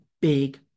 big